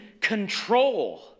control